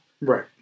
right